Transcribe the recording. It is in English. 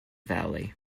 valley